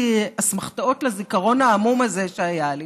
אסמכתאות לזיכרון העמום הזה שהיה לי,